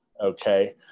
okay